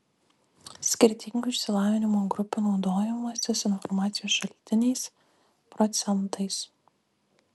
skirtingų išsilavinimo grupių naudojimasis informacijos šaltiniais procentais